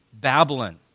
Babylon